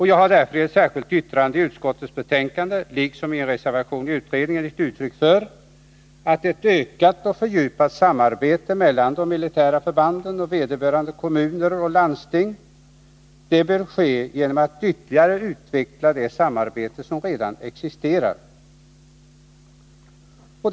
Jag har därför i ett särskilt yttrande i utskottets betänkande, liksom i en reservation som jag framställt i samband med utredningsarbetet, gett uttryck för att ett ökat och fördjupat samarbete mellan de militära förbanden och resp. kommuner och landsting bör ske genom att det samarbete som redan existerar ytterligare utvecklas.